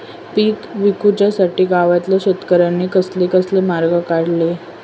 पीक विकुच्यासाठी गावातल्या शेतकऱ्यांनी कसले कसले मार्ग काढले?